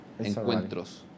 Encuentros